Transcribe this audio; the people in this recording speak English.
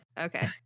Okay